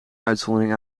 uitzondering